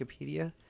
Wikipedia